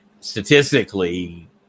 statistically